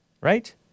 Right